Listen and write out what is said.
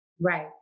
Right